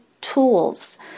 Tools